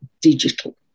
digital